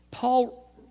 Paul